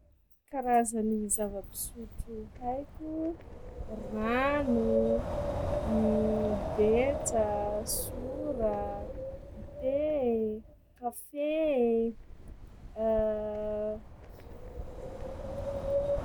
Karazany zava-pisotro haiko: rano, betsa, sora, dite, kafe.